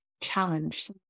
Challenge